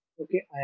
okay